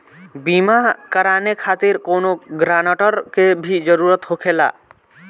बीमा कराने खातिर कौनो ग्रानटर के भी जरूरत होखे ला?